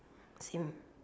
him